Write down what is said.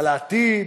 על העתיד.